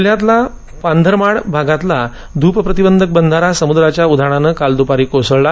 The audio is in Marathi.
जिल्ह्यातला पंधरामाड भागातला धूपप्रतिबंधक बंधारा समुद्राच्या उधाणानं काल दुपारी कोसळला